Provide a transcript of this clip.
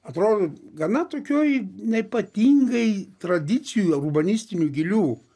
atrodo gana tokioj neypatingai tradicijų ar urbanistinių gilių